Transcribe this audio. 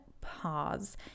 pause